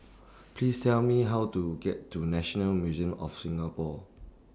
Please Tell Me How to get to National Museum of Singapore